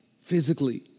physically